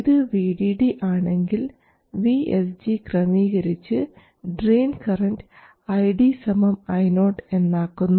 ഇത് VDD ആണെങ്കിൽ VSG ക്രമീകരിച്ച് ഡ്രയിൻ കറൻറ് ID Io എന്നാക്കുന്നു